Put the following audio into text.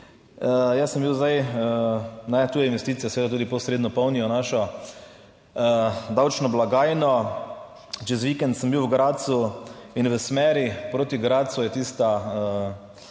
Jaz sem bil zdaj na tuje investicije, seveda tudi posredno polnijo našo davčno blagajno. Čez vikend sem bil v Gradcu in v smeri proti Gradcu je tista